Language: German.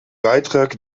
beitrag